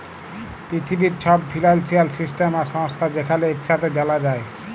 পিথিবীর ছব financial system আর সংস্থা যেখালে ইকসাথে জালা যায়